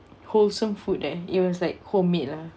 wholesome food eh] it was like homemade lah